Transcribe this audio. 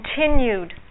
continued